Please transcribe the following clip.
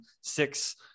six